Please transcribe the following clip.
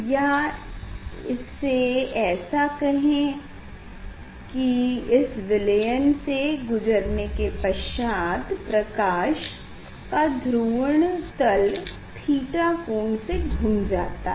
या इसे ऐसे कहें कि इस विलयन से गुजरने के पश्चात प्रकाश का ध्रुवण तल थीटा कोण से घूम जाता है